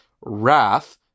Wrath